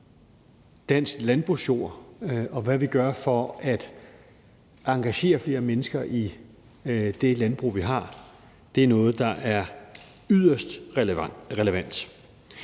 dansk landbrugsjord, og hvad vi gør for at engagere flere mennesker i det landbrug, vi har, er noget, der er yderst relevant.